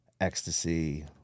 ecstasy